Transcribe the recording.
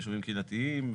מושבים קהילתיים,